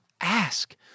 ask